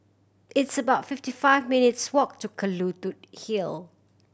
it's about fifty five minutes' walk to Kelulut Hill